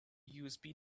usb